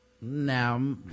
Now